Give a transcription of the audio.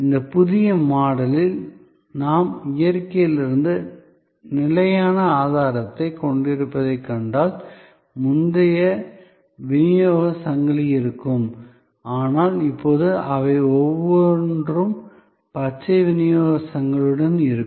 இந்த புதிய மாடலில் நாம் இயற்கையிலிருந்து நிலையான ஆதாரத்தைக் கொண்டிருப்பதைக் கண்டால் முந்தைய விநியோகச் சங்கிலி இருக்கும் ஆனால் இப்போது அவை ஒவ்வொன்றும் பச்சை விநியோகச் சங்கிலியுடன் இருக்கும்